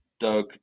Doug